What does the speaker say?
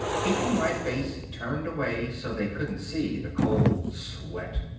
keeping my face turned away so they couldn't see the cold sweat.